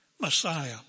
Messiah